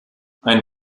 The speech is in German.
ein